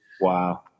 Wow